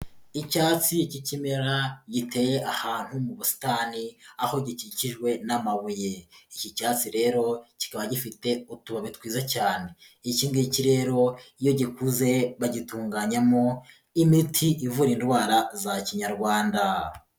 Icyatsi cy'ikimera giteye ahantu mu busitani aho gikikijwe n'amabuye, iki cyatsi rero kikaba gifite utubabi twiza cyane, iki ngiki rero iyo gikuze bagitunganyamo imiti ivura indwara za kinyarwanda.